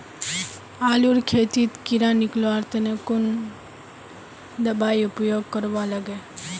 आलूर खेतीत कीड़ा निकलवार तने कुन दबाई उपयोग करवा लगे?